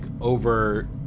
over